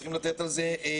צריך לתת על זה מענה.